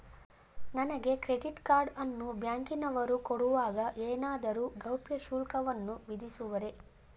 ನನಗೆ credit card ಅನ್ನು ಬ್ಯಾಂಕಿನವರು ಕೊಡುವಾಗ ಏನಾದರೂ ಗೌಪ್ಯ ಶುಲ್ಕವನ್ನು ವಿಧಿಸುವರೇ?